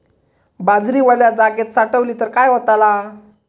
बाजरी वल्या जागेत साठवली तर काय होताला?